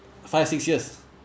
five six years